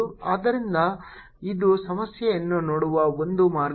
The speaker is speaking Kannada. ಆದ್ದರಿಂದ ಇದು ಸಮಸ್ಯೆಯನ್ನು ನೋಡುವ ಒಂದು ಮಾರ್ಗವಾಗಿದೆ